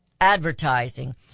advertising